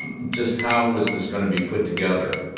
just how was this going to be put together.